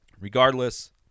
Regardless